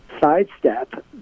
sidestep